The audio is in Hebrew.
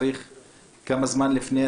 כמה זמן לפני?